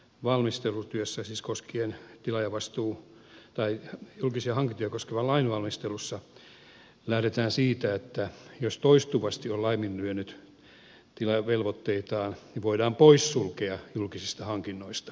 jatkoaskelissa muun muassa siten että julkisia hankintoja koskevan lain valmistelussa lähdetään siitä että jos toistuvasti on laiminlyönyt tilaajan velvoitteitaan niin voidaan poissulkea julkisista hankinnoista